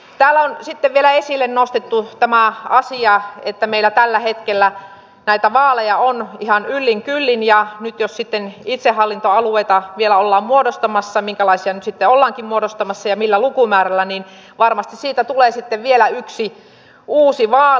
täällä on sitten vielä esille nostettu tämä asia että meillä tällä hetkellä näitä vaaleja on ihan yllin kyllin ja nyt jos sitten itsehallintoalueita vielä ollaan muodostamassa minkälaisia nyt sitten ollaankin muodostamassa ja millä lukumäärällä niin varmasti siitä tulee sitten vielä yksi uusi vaali